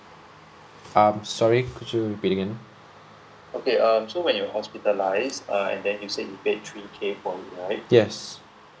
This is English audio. um sorry could you repeat again yes